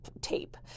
tape